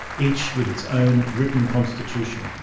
each with its own written constitution'.